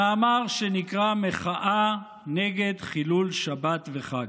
ממאמר שנקרא "מחאה נגד חילול שבת וחג".